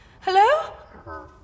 Hello